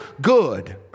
good